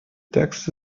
text